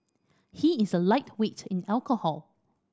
he is a lightweight in alcohol